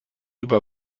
über